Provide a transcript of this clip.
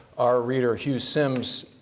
our reader, hugh simms,